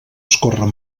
escórrer